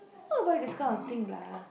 who will buy this kind of thing lah